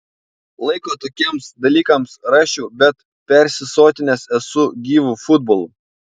laiko tokiems dalykams rasčiau bet persisotinęs esu gyvu futbolu